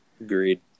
Agreed